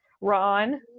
Ron